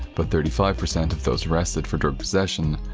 but thirty five percent of those arrested for drug possession,